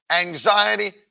anxiety